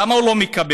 למה הוא לא מקבל?